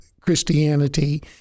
Christianity